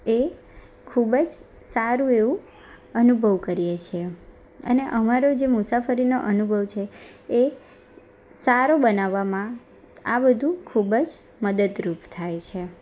એ ખૂબ જ સારું એવું અનુભવ કરીએ છીએ અને અમારો જે મુસાફરીનો અનુભવ છે એ સારો બનાવામાં આ બધું ખૂબ જ મદદરૂપ થાય છે